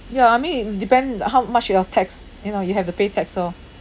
ya I mean it depend how much your tax you know you have to pay tax orh